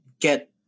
get